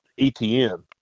ETN